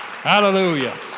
Hallelujah